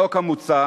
החוק המוצע